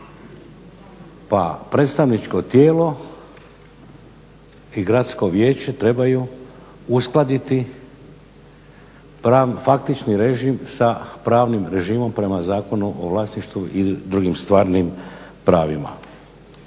pa predstavničko tijelo i Gradsko vijeće trebaju uskladiti faktični režim sa pravnim režimom prema Zakonu o vlasništvu i drugim stvarnim pravima.